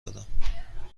دادم